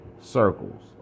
circles